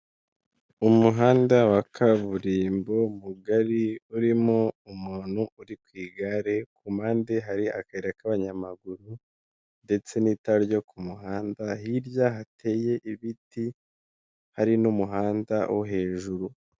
Umuhanda wa kaburimbo mugari, urimo umuntu uri ku igare ku mpande hari akayi k'abanyamaguru, ndetse n'itara ryo ku muhanda, hirya hateye ibiti hari n'umuhanda wo hejuru.